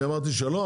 אני אמרתי שלא?